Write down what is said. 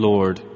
Lord